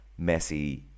Messi